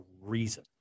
reason